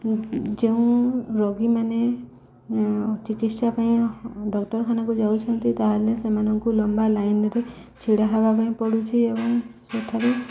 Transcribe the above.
ଯେଉଁ ରୋଗୀ ମାନେ ଚିକିତ୍ସା ପାଇଁ ଡକ୍ଟରଖାନାକୁ ଯାଉଛନ୍ତି ତା'ହେଲେ ସେମାନଙ୍କୁ ଲମ୍ବା ଲାଇନ୍ରେ ଛିଡ଼ା ହେବା ପାଇଁ ପଡ଼ୁଛିି ଏବଂ ସେଠାରେ